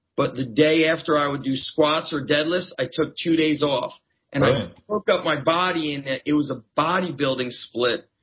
but the day after i would do squats or deadlifts i took two days off and i perked up my body and it was ah bodybuilding split.